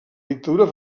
dictadura